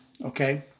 okay